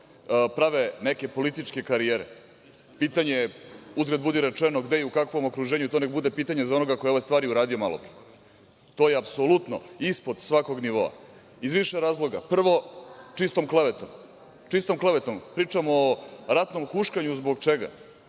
prave neke političke karijere, pitanje je, uzgred budi rečeno, gde i u kakvom okruženju, to nek bude pitanje za onoga ko je ove stvari uradio malopre, to je apsolutno ispod svakog nivoa, iz više razloga. Prvo, čistom klevetom, pričamo o ratnom huškanju, zbog čega?